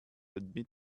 admit